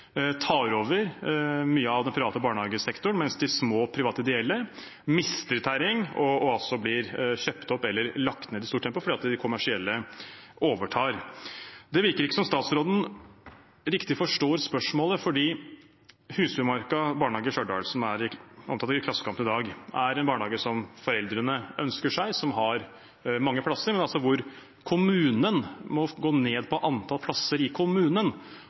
tar over mye av den private barnehagesektoren, mens de små private, ideelle mister terreng og blir kjøpt opp eller lagt ned i stort tempo, fordi de kommersielle overtar. Det virker ikke som om statsråden riktig forstår spørsmålet. Husbymarka barnehage i Stjørdal, som er omtalt i Klassekampen i dag, er en barnehage som foreldrene ønsker seg, som har mange plasser, men hvor altså kommunen må gå ned på antallet plasser i kommunen.